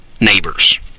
neighbors